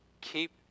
keep